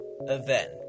event